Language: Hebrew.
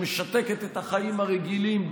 שמשתקת את החיים הרגילים,